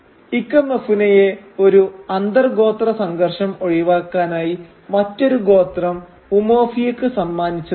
ഇക്കമെഫുനയെ ഒരു അന്തർ ഗോത്ര സംഘർഷം ഒഴിവാക്കാനായി മറ്റൊരു ഗോത്രം ഉമൊഫിയക്ക് സമ്മാനിച്ചതാണ്